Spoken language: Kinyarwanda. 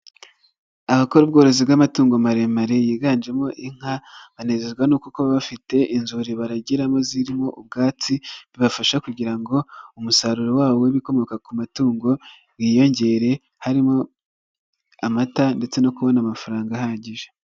Abakora ubworozi bw'amatungo maremare yiganjemo inka, banezezwa no kuba bafite inzuri baragiramo zirimo ubwatsi, bibafasha kugira ngo umusaruro wabo w'ibikomoka ku matungo wiyongere, harimo amata ndetse no kubona amafaranga ahagije.